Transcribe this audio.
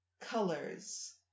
colors